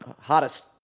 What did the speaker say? hottest